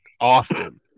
often